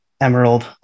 Emerald